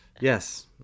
Yes